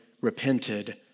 repented